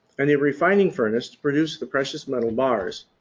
and a refining furnace to produce the precious metal bars.